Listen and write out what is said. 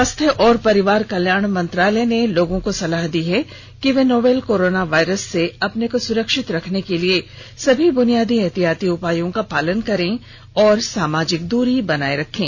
स्वास्थ्य और परिवार कल्याण मंत्रालय ने लोगों को सलाह दी है कि वे नोवल कोरोना वायरस से अपने को सुरक्षित रखने के लिए सभी बुनियादी एहतियाती उपायों का पालन करें और सामाजिक दूरी बनाए रखें